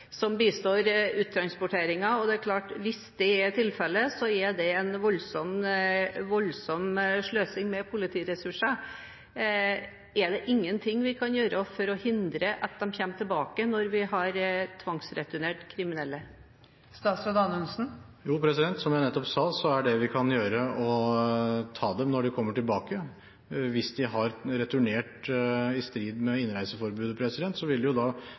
bistår i uttransporteringen, og hvis det er tilfellet, er det en voldsom sløsing med politiressurser. Er det ingenting vi kan gjøre for å hindre at de kommer tilbake når vi har tvangsreturnert kriminelle? Jo, som jeg nettopp sa: Vi kan ta dem når de kommer tilbake. Hvis de har returnert i strid med innreiseforbudet,